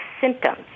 symptoms